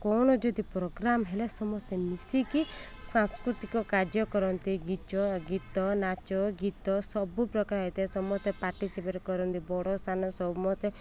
କ'ଣ ଯଦି ପ୍ରୋଗ୍ରାମ ହେଲେ ସମସ୍ତେ ମିଶିକି ସାଂସ୍କୃତିକ କାର୍ଯ୍ୟ କରନ୍ତି ଗୀଚ ଗୀତ ନାଚ ଗୀତ ସବୁ ପ୍ରକାର ଏଥିରେ ସମସ୍ତେ ପାର୍ଟିସିପେଟ କରନ୍ତି ବଡ଼ ସାନ ସମସ୍ତେ